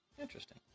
Interesting